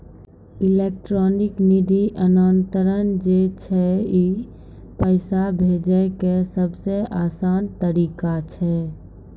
electronic निधि अन्तरन जे छै ई पैसा भेजै के सभ से असान तरिका छै